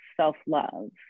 self-love